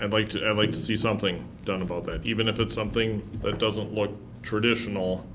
i'd like to and like to see something done about that, even if it's something that doesn't look traditional,